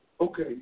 Okay